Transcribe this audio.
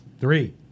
Three